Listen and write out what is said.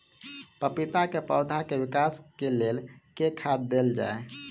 पपीता केँ पौधा केँ विकास केँ लेल केँ खाद देल जाए?